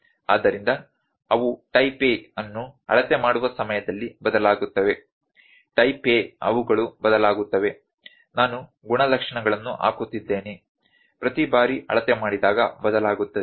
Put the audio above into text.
ಆದ್ದರಿಂದ ಅವು type A ಅನ್ನು ಅಳತೆ ಮಾಡುವ ಸಮಯದಲ್ಲಿ ಬದಲಾಗುತ್ತವೆ type A ಅವುಗಳು ಬದಲಾಗುತ್ತವೆ ನಾನು ಗುಣಲಕ್ಷಣಗಳನ್ನು ಹಾಕುತ್ತಿದ್ದೇನೆ ಪ್ರತಿ ಬಾರಿ ಅಳತೆ ಮಾಡಿದಾಗ ಬದಲಾಗುತ್ತದೆ